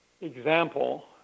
example